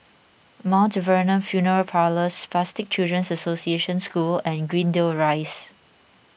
Mount Vernon funeral Parlours Spastic Children's Association School and Greendale Rise